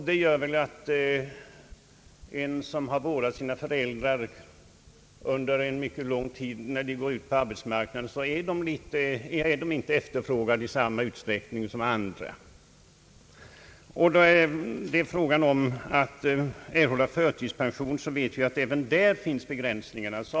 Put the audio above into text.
Det gör att en person, som vårdat sina föräldrar under mycket lång tid, inte är efterfrågad i samma utsträckning som andra på arbetsmarknaden. När det är fråga om att erhålla förtidspension, vet vi att det finns starka begränsningar även där.